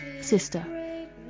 Sister